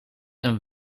een